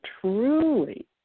truly